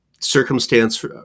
circumstance